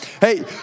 Hey